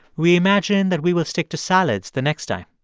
we imagine that we will stick to salads the next day.